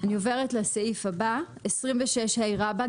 אני עוברת לסעיף הבא, 26ה(ג),